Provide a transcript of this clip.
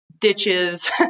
ditches